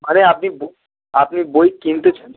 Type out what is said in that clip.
আরে আপনি বো আপনি বই কিনতে চান